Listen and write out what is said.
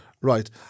Right